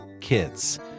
kids